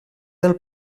del